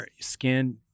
skin